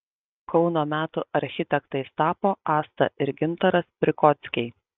kauno metų architektais tapo asta ir gintaras prikockiai